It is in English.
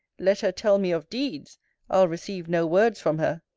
let her tell me of deeds i'll receive no words from her.